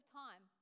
time